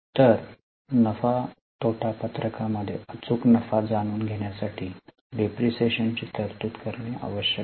तर नफा तोटा पत्रकामध्ये अचूक नफा जाणून घेण्यासाठी घसाऱ्याची तरतूद करणे आवश्यक आहे